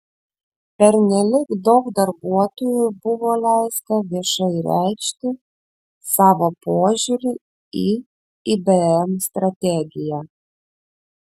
pernelyg daug darbuotojų buvo leista viešai reikšti savo požiūrį į ibm strategiją